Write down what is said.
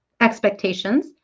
expectations